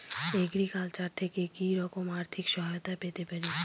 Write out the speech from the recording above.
Agriculture থেকে কি রকম আর্থিক সহায়তা পেতে পারি?